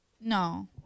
No